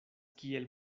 kiel